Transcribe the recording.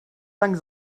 lang